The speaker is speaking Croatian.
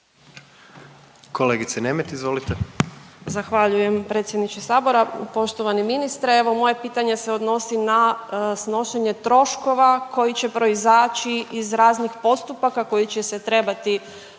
Katarina (IDS)** Zahvaljujem predsjedniče Sabora. Poštovani ministre, evo moje pitanje se odnosi na snošenje troškova koji će proizaći iz raznih postupaka koji će se trebati